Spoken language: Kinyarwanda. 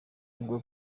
avuga